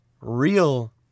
real